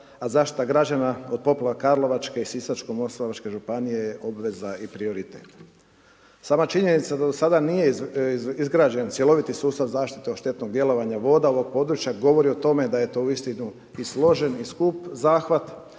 a zaštita građana od poplava karlovačke i sisačko moslavačke županije je obveza i prioritet. Sama činjenica da do sada nije izgrađen cjeloviti sustav zaštite od štetnog djelovanja voda ovog područja, govori o tome da je to uistinu i složen i skup zahvat.